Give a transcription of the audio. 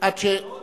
מאוד לחוץ.